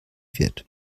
wird